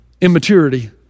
Immaturity